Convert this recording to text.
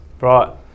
Right